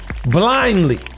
blindly